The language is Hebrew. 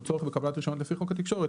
או צורך בקבלת רישיון לפי חוק התקשורת,